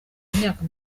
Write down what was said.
myaka